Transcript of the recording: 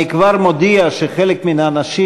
אני כבר מודיע שחלק מהאנשים,